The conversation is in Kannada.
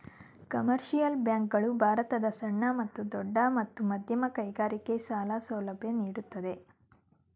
ಕಮರ್ಷಿಯಲ್ ಬ್ಯಾಂಕ್ ಗಳು ಭಾರತದ ಸಣ್ಣ ಮತ್ತು ದೊಡ್ಡ ಮತ್ತು ಮಧ್ಯಮ ಕೈಗಾರಿಕೆ ಸಾಲ ಸೌಲಭ್ಯ ನೀಡುತ್ತದೆ